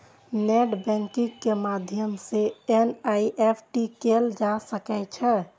net banking के माध्यम सं एन.ई.एफ.टी कैल जा सकै छै